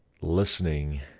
listening